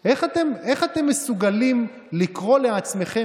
אבל תראה איך אני מוסיף לו.